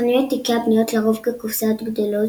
חנויות איקאה בנויות לרוב כקופסאות גדולות,